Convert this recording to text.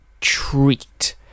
treat